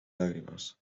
lágrimas